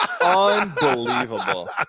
unbelievable